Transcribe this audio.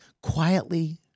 Quietly